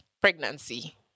pregnancy